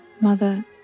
Mother